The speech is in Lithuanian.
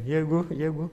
jeigu jeigu